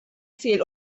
ziel